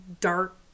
dark